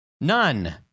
none